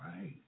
Right